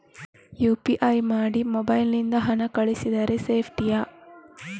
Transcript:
UPI ಮಾಡಿ mobile ನಿಂದ ಹಣ ಕಳಿಸಿದರೆ ಸೇಪ್ಟಿಯಾ?